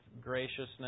graciousness